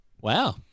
Wow